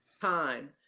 time